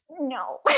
No